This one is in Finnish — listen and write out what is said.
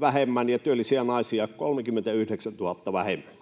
vähemmän ja työllisiä naisia 39 000 vähemmän.